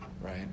Right